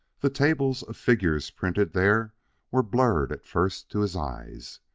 the tables of figures printed there were blurred at first to his eyes,